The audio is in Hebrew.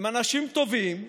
הם אנשים טובים.